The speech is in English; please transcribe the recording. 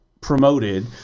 promoted